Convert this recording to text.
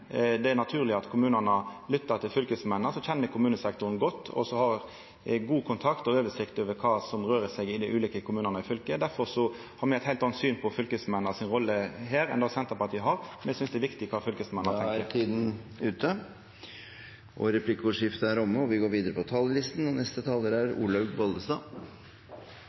Det er naturleg at kommunane lyttar til fylkesmennene, som kjenner kommunesektoren godt, og som er i god kontakt med og har oversikt over kva som rører seg i dei ulike kommunane i fylket. Derfor har me eit heilt anna syn på fylkesmennene si rolle her enn det Senterpartiet har. Me synest det er viktig kva fylkesmennene ... Da er tiden ute. Replikkordskiftet er omme. Jeg er en rik dame – ikke så mye på